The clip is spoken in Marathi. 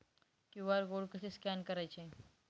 क्यू.आर कोड कसे स्कॅन करायचे?